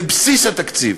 בבסיס התקציב,